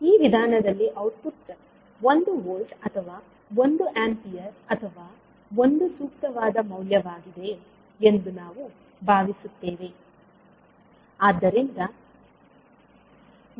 ಈ ವಿಧಾನದಲ್ಲಿ ಔಟ್ಪುಟ್ ಒಂದು ವೋಲ್ಟ್ ಅಥವಾ ಒಂದು ಆಂಪಿಯರ್ ಅಥವಾ ಒಂದು ಸೂಕ್ತವಾದ ಮೌಲ್ಯವಾಗಿದೆ ಎಂದು ನಾವು ಭಾವಿಸುತ್ತೇವೆ